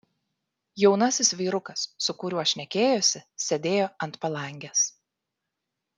jaunasis vyrukas su kuriuo šnekėjosi sėdėjo ant palangės